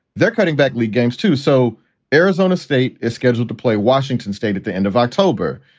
they're cutting back league games, too. so arizona state is scheduled to play washington state at the end of october.